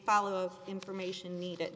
follow of information needed